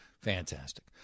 Fantastic